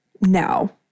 now